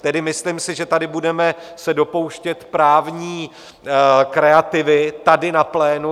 Tedy myslím si, že tady budeme se dopouštět právní kreativity tady na plénu.